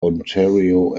ontario